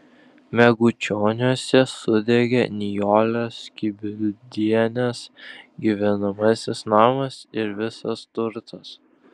megučioniuose sudegė nijolės kibildienės gyvenamasis namas ir visas turtas